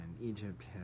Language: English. Egypt